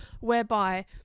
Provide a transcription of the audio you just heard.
whereby